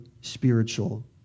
spiritual